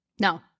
No